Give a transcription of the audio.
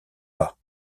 pas